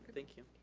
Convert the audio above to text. thank you.